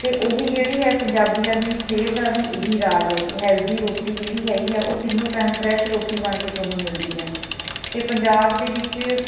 ਅਤੇ ਉਹੀ ਜਿਹੜੀ ਹੈ ਪੰਜਾਬੀਆਂ ਦੀ ਸਿਹਤ ਦਾ ਵੀ ਇਹੀ ਰਾਜ ਹੈ ਕਿ ਹੈਲਦੀ ਰੋਟੀ ਜਿਹੜੀ ਹੈਗੀ ਆ ਉਹ ਤਿੰਨੋਂ ਟਾਈਮ ਫਰੈਸ਼ ਰੋਟੀ ਬਣ ਕੇ ਤੁਹਾਨੂੰ ਮਿਲਦੀ ਆ ਅਤੇ ਪੰਜਾਬ ਦੇ ਵਿੱਚ